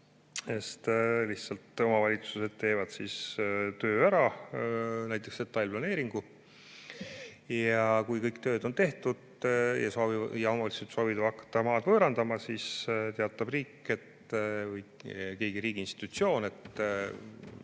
sest omavalitsused teevad töö ära, näiteks detailplaneeringu, ja kui kõik tööd on tehtud ja omavalitsused soovivad hakata maad võõrandama, siis teatab riik või mõni riigi institutsioon, et